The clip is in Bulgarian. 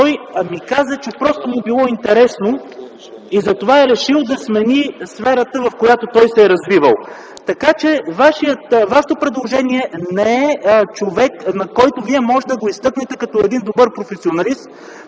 той ми каза, че просто му било интересно и затова решил да смени сферата, в която се е развивал. Така че, Вашето предложение не е човек, който бихте изтъкнали като добър професионалист,